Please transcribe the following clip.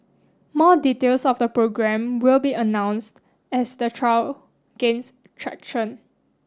more details of the programme will be announced as the trial gains traction